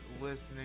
listening